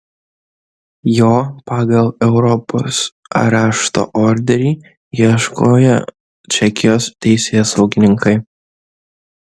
jo pagal europos arešto orderį ieškojo čekijos teisėsaugininkai